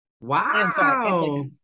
Wow